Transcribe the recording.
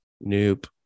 Nope